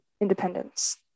independence